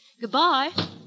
Goodbye